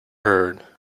heard